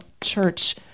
Church